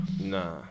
Nah